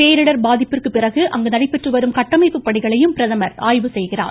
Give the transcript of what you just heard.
பேரிடர் பாதிப்பிற்குப்பின் அங்கு நடைபெற்றுவரும் கட்டமைப்புப் பணிகளையும் பிரதமர் ஆய்வு செய்கிறார்